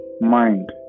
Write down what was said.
mind